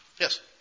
Yes